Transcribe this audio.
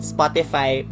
Spotify